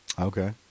Okay